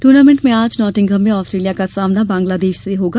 tournament में आज Nottingham में ऑस्ट्रेलिया का सामना बांग्लादेश से होगा